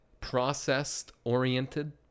processed-oriented